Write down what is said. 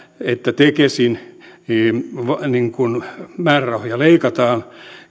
että tekesin määrärahoja leikataan